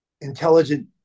intelligent